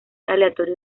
aleatorio